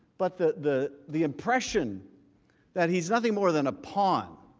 but that the the compression that he is nothing more than a pawn,